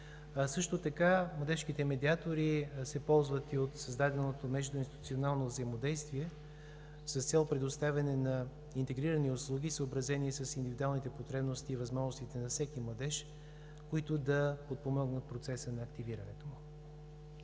Също така младежките медиатори се ползват и от създаденото междуинституционално взаимодействие с цел предоставяне на интегрирани услуги, съобразени с индивидуалните потребности и възможностите на всеки младеж, които да подпомогнат процеса на активирането му.